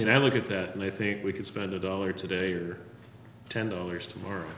when i look at that and i think we could spend a dollar today or ten dollars tomorrow